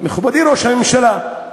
מכובדי ראש הממשלה,